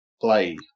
Play